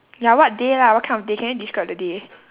ya what day lah what kind of day can you describe the day